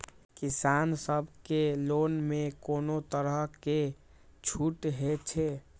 किसान सब के लोन में कोनो तरह के छूट हे छे?